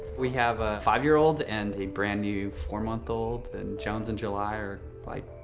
we have a five year old and a brand new four month old. and jones and july are like,